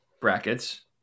brackets